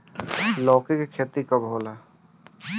लौका के खेती कब होला?